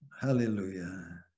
Hallelujah